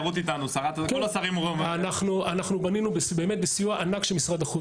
אנחנו בנינו באמת בסיוע ענק של משרד החוץ,